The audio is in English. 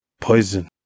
Poison